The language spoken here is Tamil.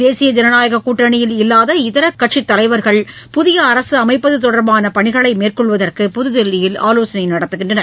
தேசிய ஜனநாயககூட்டணியில் இல்லாத இதரகட்சித் தலைவர்கள் புதிய அமைப்பதுதொடர்பானபணிகளை மேற்கொள்வதற்கு புதுதில்லியில் ஆலோசனைநடத்துகின்றனர்